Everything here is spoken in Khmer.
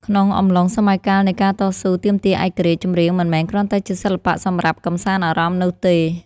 ក្នុងអំឡុងសម័យកាលនៃការតស៊ូទាមទារឯករាជ្យ ចម្រៀងមិនមែនគ្រាន់តែជាសិល្បៈសម្រាប់កម្សាន្តអារម្មណ៍នោះទេ។